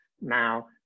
Now